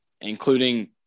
including